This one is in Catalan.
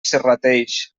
serrateix